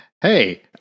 Hey